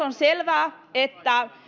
on myös selvää että